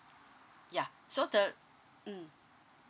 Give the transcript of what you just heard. yeuh so the mm